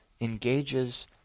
engages